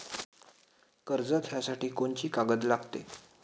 कर्ज घ्यासाठी कोनची कागद लागते?